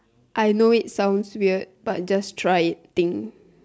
I know it sounds weird but just try it thing